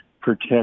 protect